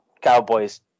Cowboys